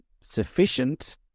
sufficient